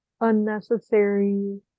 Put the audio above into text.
unnecessary